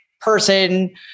person